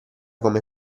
come